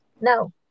no